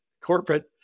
corporate